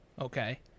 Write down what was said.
okay